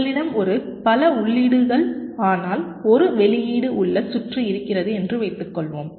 உங்களிடம் ஒரு பல உள்ளீடுகள் ஆனால் ஒரு வெளியீடு உள்ள சுற்று இருக்கிறது என்று வைத்துக்கொள்வோம்